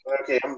okay